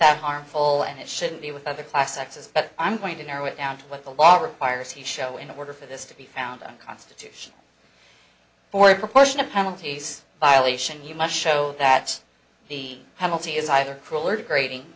that harmful and shouldn't be with other class taxes but i'm going to narrow it down to what the law requires he show in order for this to be found unconstitutional or a proportion of penalties violation you must show that he hamilton is either cruel or degrading